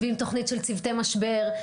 ועם תוכנית של צוותי משבר.